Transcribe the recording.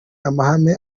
amahame